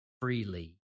freely